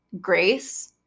grace